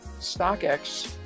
StockX